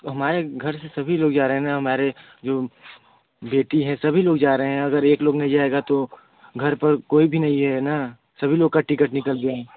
हमारे घर से सभी लोग जा रहे है ना हमारी जो बेटी है सभी लोग जा रहे हैं अगर एक लोग नहीं जाएगा तो घर पर कोई भी नहीं है ना सभी लोग का टिकट निकल गया है